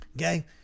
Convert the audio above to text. Okay